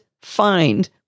Find